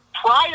Prior